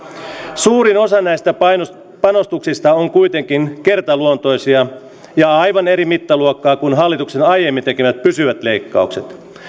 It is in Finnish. suurin osa näistä panostuksista on kuitenkin kertaluontoisia ja aivan eri mittaluokkaa kuin hallituksen aiemmin tekemät pysyvät leikkaukset